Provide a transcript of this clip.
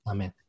Amen